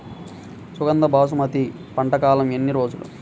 సుగంధ బాసుమతి పంట కాలం ఎన్ని రోజులు?